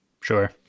sure